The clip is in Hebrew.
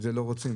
את זה לא רוצים,